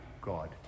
God